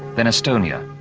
then estonia,